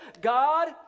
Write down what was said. God